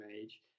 age